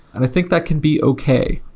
i think that can be okay,